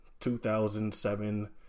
2007